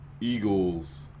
Eagles